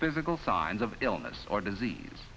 physical signs of illness or disease